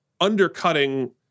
undercutting